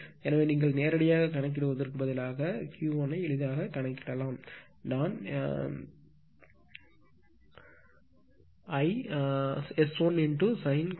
எனவே நீங்கள் நேரடியாகக் கணக்கிடுவதற்கு பதிலாக Ql ஐ எளிதாக கணக்கிடலாம் நான் S1 × sin cos − 1 0